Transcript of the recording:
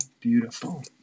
Beautiful